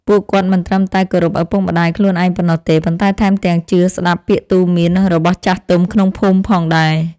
ពួកគាត់មិនត្រឹមតែគោរពឪពុកម្តាយខ្លួនឯងប៉ុណ្ណោះទេ ប៉ុន្តែថែមទាំងជឿស្តាប់ពាក្យទូន្មានរបស់ចាស់ទុំក្នុងភូមិផងដែរ។